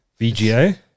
VGA